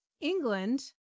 England